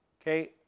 Okay